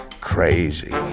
Crazy